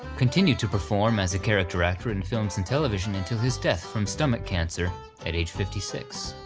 continued to perform as a character actor in films and television until his death from stomach cancer at age fifty six.